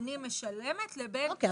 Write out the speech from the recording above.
שאני משלמת לבין הסכום --- אוקיי,